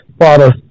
Father